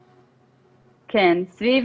כן, סביב